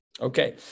Okay